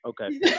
okay